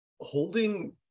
holding